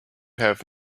have